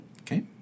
Okay